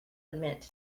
admit